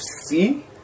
see